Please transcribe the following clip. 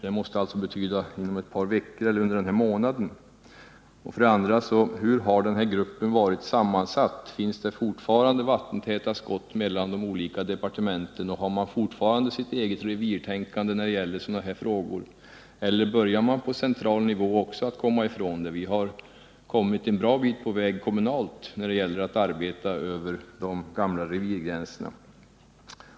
Betyder det inom ett par veckor eller ett par månader? För det andra vill jag fråga hur gruppen har varit sammansatt. Finns det fortfarande vattentäta skott mellan de olika departementen? Har man fortfarande sitt eget revirtänkande i sådana här frågor eller börjar man även på central nivå att komma ifrån det? Vi har ju kommunalt kommit en bra bit på väg när det gäller att arbeta över de gamla revirgränserna.